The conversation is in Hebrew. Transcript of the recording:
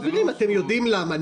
חברים, אתם יודעים למה.